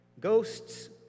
Ghosts